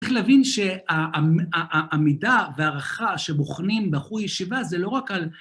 צריך להבין שהעמידה והערכה שבוחנים בחור ישיבה זה לא רק על...